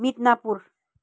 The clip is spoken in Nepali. मिदनापुर